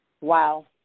Wow